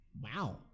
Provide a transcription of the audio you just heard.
Wow